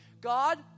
God